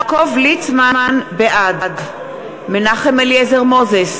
ליצמן, בעד מנחם אליעזר מוזס,